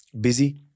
busy